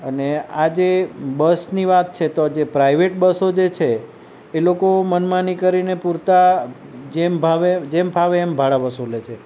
અને આ જે બસની વાત છે તો જે પ્રાઇવેટ બસો જે છે એ લોકો મનમાની કરીને પૂરતા જેમ ભાવે જેમ ફાવે એમ ભાડા વસૂલે છે